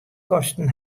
kosten